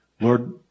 Lord